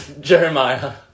Jeremiah